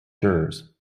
jurors